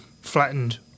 flattened